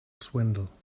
swindle